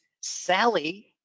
Sally